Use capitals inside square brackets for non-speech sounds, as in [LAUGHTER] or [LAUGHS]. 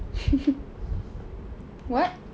[LAUGHS] what